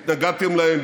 התנגדתם להם